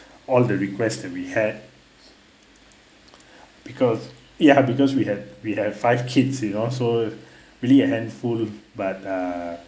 all the requests that we had because ya because we have we have five kids you know so really a handful but uh